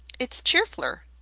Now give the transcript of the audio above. it's cheerfler.